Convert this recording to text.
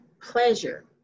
pleasure